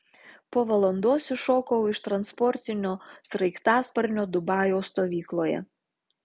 po valandos iššokau iš transportinio sraigtasparnio dubajaus stovykloje